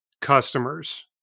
customers